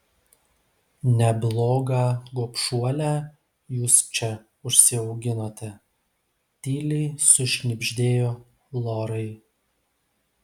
neblogą gobšuolę jūs čia užsiauginote tyliai sušnibždėjo lorai